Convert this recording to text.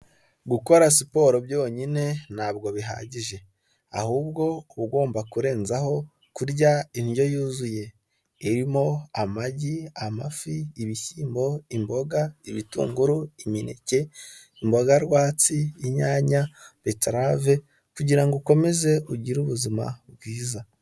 Gukora siporo byonyine ntabwo bihagije, ahubwo ugomba kurenzaho kurya indyo yuzuye. irimo, amagi, amafi, ibishyimbo, imboga, ibitunguru, imineke, imboga rwatsi, inyanya, betarave kugira ngo ukomeze ugire ubuzima bwiza.